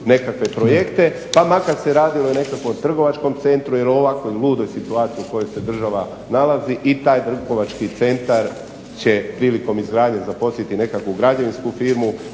nekakve projekte pa makar se radilo i o nekakvom trgovačkom centru ili o ovakvoj ludoj situaciji o kojoj se država nalazi i taj trgovački centar će prilikom izgradnje zaposjeti nekakvu građevinsku firmu,